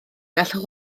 gallwch